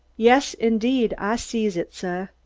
yas, indeed ah sees it, suh!